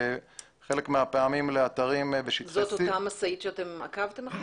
חלק מהפעמים זה מגיע אתרים בשטחי C. זאת אותה משאית שעקבתם אחריה?